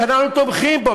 שאנחנו תומכים בו,